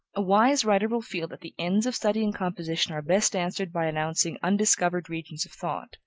a wise writer will feel that the ends of study and composition are best answered by announcing undiscovered regions of thought,